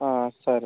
సరే